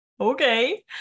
okay